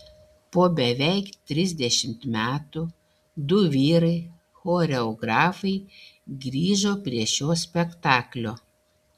po beveik trisdešimt metų du vyrai choreografai grįžo prie šio spektaklio